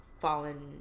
fallen